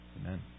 Amen